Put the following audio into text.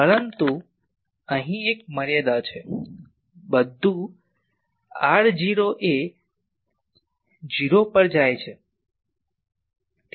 પરંતુ અહીં એક મર્યાદા છે બધું r0 એ 0 પર જાય છે